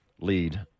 lead